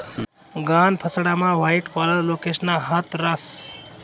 गहाण फसाडामा white collar लोकेसना हात रास